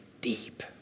deep